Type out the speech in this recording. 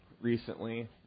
recently